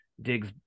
digs